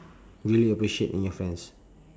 really appreciate in your friends